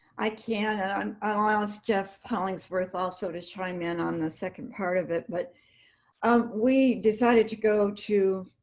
i can. ah and i'll ask jeff hollingsworth also to chime in on the second part of it. but um we decided to go to